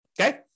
okay